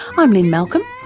um i'm lynne malcolm.